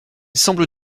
semble